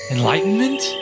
Enlightenment